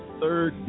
third